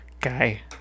guy